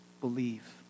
believe